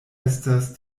estas